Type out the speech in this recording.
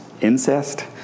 incest